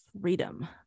freedom